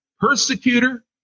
persecutor